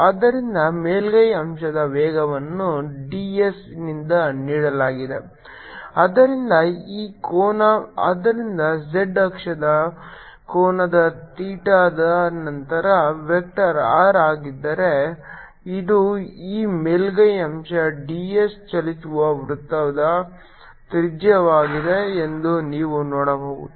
ಆದ್ದರಿಂದ ಮೇಲ್ಮೈ ಅಂಶದ ವೇಗವನ್ನು d s ನಿಂದ ನೀಡಲಾಗಿದೆ ಆದ್ದರಿಂದ ಈ ಕೋನ ಆದ್ದರಿಂದ z ಅಕ್ಷದ ಕೋನದ ಥೀಟಾದ ನಂತರ ವೆಕ್ಟರ್ r ಆಗಿದ್ದರೆ ಇದು ಈ ಮೇಲ್ಮೈ ಅಂಶ d s ಚಲಿಸುವ ವೃತ್ತದ ತ್ರಿಜ್ಯವಾಗಿದೆ ಎಂದು ನೀವು ನೋಡಬಹುದು